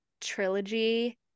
trilogy